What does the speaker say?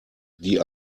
die